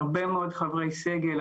הרבה מאוד חברי סגל,